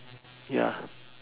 ya